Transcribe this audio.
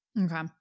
Okay